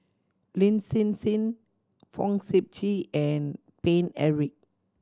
Lin Hsin Hsin Fong Sip Chee and Paine Eric